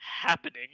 happening